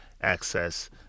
access